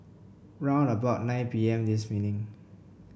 round about nine P M this evening